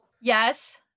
Yes